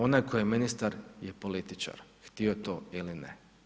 Onaj koji ministar je političar, htio to ili ne.